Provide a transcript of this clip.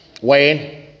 Wayne